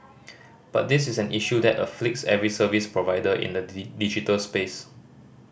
but this is an issue that afflicts every service provider in the digital space